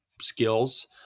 skills